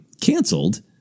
canceled